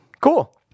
Cool